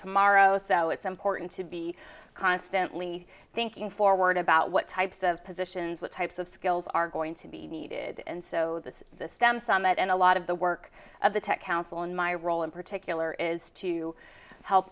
tomorrow so it's important to be constantly thinking forward about what types of positions what types of skills are going to be needed and so that's the stem summit and a lot of the work of the tech council in my role in particular is to help